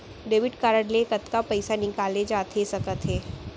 Debit card ले कतका पइसा निकाले जाथे सकत हे?